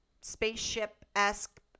spaceship-esque